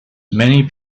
many